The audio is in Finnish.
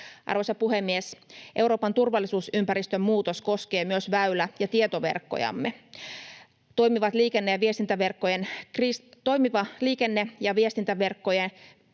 Arvoisa puhemies! Euroopan turvallisuusympäristön muutos koskee myös väylä‑ ja tietoverkkojamme. Toimivien liikenne‑ ja viestintäverkkojen